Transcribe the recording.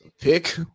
pick